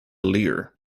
leer